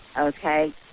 Okay